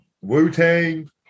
Wu-Tang